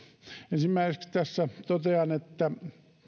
ensimmäiseksi tässä totean että